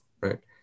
right